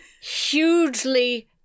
hugely